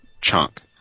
chunk